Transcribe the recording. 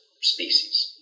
species